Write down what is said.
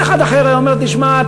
כל אחד אחר היה אומר: תשמע,